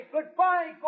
Goodbye